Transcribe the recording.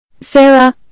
Sarah